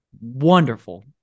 wonderful